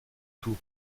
tout